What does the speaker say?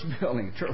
building